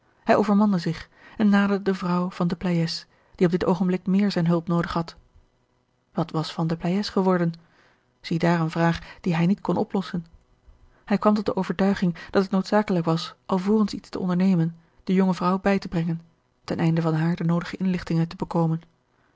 hij overmande zich en naderde de vrouw van de pleyes die op dit oogenblik meer zijne hulp noodig had wat was van de pleyes geworden ziedaar eene vraag die hij niet kon oplossen hij kwam tot de overtuiging dat het noodzakelijk was alvorens iets te ondernemen de jonge vrouw bij te brengen ten einde van haar de noodige inlichtingen te bekomen